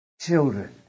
children